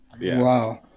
wow